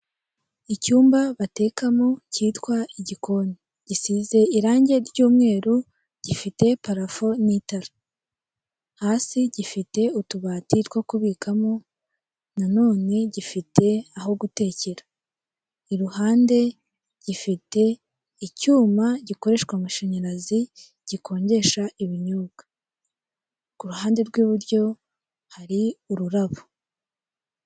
Icyumba batekamo cyitwa igikoni, gisize irange ry'umweru gifite parafu n'itara. Hasi gifite utubati two kubikamo nanone gifite aho gutekera, iruhande gifite icyuma gikoreshwa amashanyarazi gikonjesha ibinyobwa, ku ruhande rw'iburyo hari ururabo.